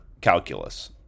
calculus